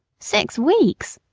six weeks!